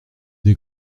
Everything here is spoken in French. des